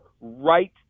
right